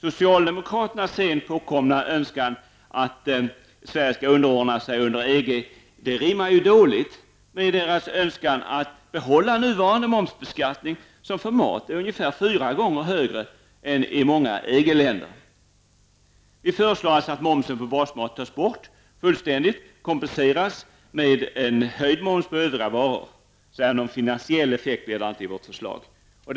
Socialdemokraternas sent påkomna önskan att Sverige skall underordna sig EG rimmar ju dåligt med socialdemokraternas önskan att behålla den nuvarande momsbeskattningen som beträffande mat är ungefär fyra gånger högre än beskattningen i många EG-länder. Vi föreslår alltså att momsen på basmat tas bort fullständigt, varvid momsbortfallet kompenseras med en höjning av momsen på övriga varor. Någon finansiell effekt blir det inte, om vårt förslag skulle genomföras.